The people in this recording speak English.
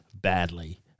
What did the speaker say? badly